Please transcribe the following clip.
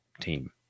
team